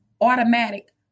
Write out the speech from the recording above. automatic